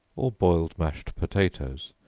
or boiled mashed potatoes,